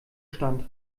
stand